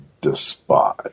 Despise